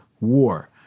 war